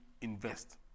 invest